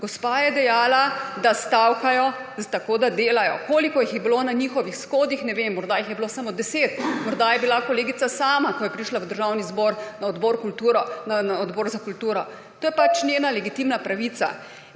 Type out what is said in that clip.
gospa je dejala, da stavkajo tako, da delajo. Koliko jih je bilo na njihovih shodih, ne vem. Morda jih je bilo samo 10, morda je bila kolegica sama, ko je prišla v Državni zbor na Odbor za kulturo. To je pač njena legitimna pravica.